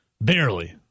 Barely